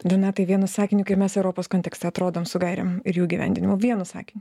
donatai vienu sakiniu kaip mes europos kontekste atrodom su gairėm ir jų įgyvendinimu vienu sakiniu